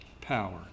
power